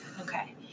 Okay